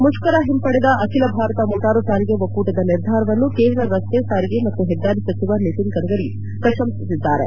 ಮುಷ್ಠರ ಒಂಪಡೆದ ಅಖಿಲ ಭಾರತ ಮೋಟಾರು ಸಾರಿಗೆ ಒಕ್ಕೂಟದ ನಿರ್ಧಾರವನ್ನು ಕೇಂದ್ರ ರಸ್ತೆ ಸಾರಿಗೆ ಮತ್ತು ಪೆದ್ದಾರಿ ಸಚಿವ ನಿಟಿನ್ ಗಡ್ಡರಿ ಪ್ರಶಂಸಿಸಿದ್ದಾರೆ